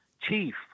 chief